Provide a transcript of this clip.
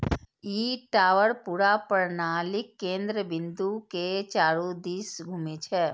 ई tower पूरा प्रणालीक केंद्र बिंदु के चारू दिस घूमै छै